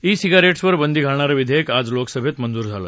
E सिगारेट्सवर बंदी घालणारं विधेयक आज लोकसभेत मंजूर झालं